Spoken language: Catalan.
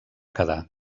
quedar